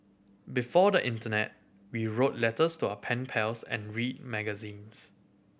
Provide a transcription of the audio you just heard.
before the internet we wrote letters to our pen pals and read magazines